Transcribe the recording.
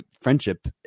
friendship